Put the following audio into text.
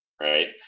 right